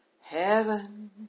Heaven